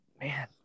man